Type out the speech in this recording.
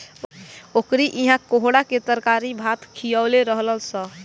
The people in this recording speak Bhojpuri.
ओकरी इहा कोहड़ा के तरकारी भात खिअवले रहलअ सअ